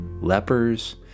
lepers